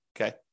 okay